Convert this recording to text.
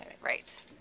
right